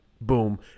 Boom